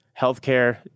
Healthcare